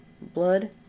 blood